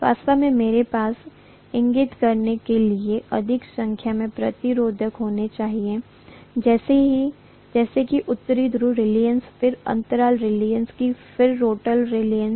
वास्तव में मेरे पास इंगित करने के लिए अधिक संख्या में प्रतिरोध होने चाहिए जैसे की उत्तरी ध्रुव रीलक्टन्स फिर अंतराल रीलक्टन्स फिर रोटर रीलक्टन्स